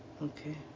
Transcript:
Okay